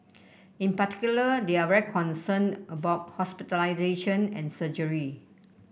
in particular they are very concerned about hospitalisation and surgery